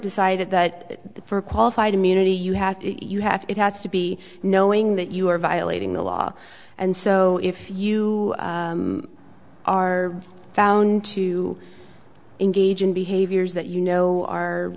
decided that for qualified immunity you have it you have it has to be knowing that you are violating the law and so if you are found to engage in behaviors that you know